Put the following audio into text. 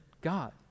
God